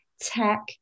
tech